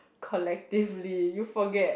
collectively you forget